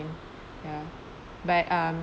ya but um